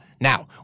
Now